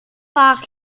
fach